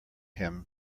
him